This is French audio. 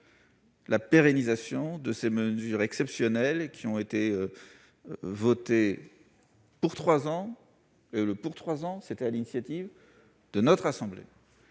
la pérennisation de ces mesures exceptionnelles qui ont été votées pour trois ans, cette échéance ayant été adoptée sur l'initiative de notre assemblée.